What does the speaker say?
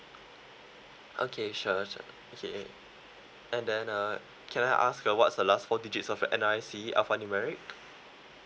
okay sure sure okay and then uh can I ask what's the last four digits of your N_R_I_C alphanumeric